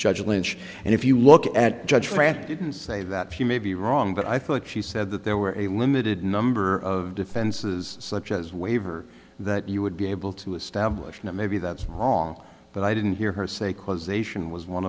judge lynch and if you look at judge brack didn't say that he may be wrong but i thought she said that there were a limited number of defenses such as waiver that you would be able to establish that maybe that's wrong but i didn't hear her say causation was one